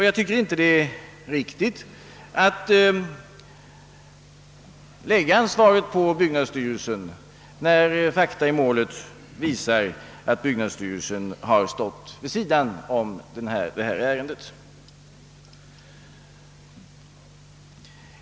Jag tycker inte att det är riktigt att lägga ansvaret på byggnadsstyrelsen när fakta i målet visat att byggnadsstyrelsen stått vid sidan av detta ärende.